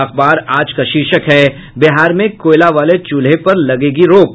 अखबार आज का शीर्षक है बिहार में कोयला वाले चूल्हे पर लगेगी रोक